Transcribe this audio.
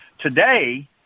today